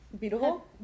Beautiful